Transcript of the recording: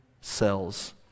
cells